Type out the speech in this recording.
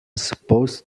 supposed